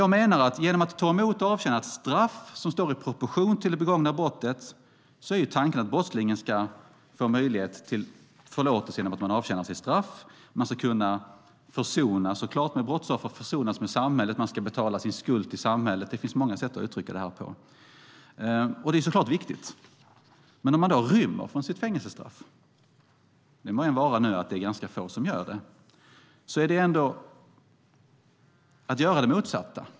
Genom att brottslingen tar emot och avtjänar ett straff som står i proportion till det begångna brottet är tanken att han eller hon ska få möjlighet till förlåtelse. Man ska försonas med brottsoffer och med samhälle, och man ska betala sin skuld till samhället. Det finns många sätt att uttrycka det på. Det är såklart viktigt. Om man då rymmer från sitt fängelsestraff - må vara att det är ganska få som gör det - är det att göra det motsatta.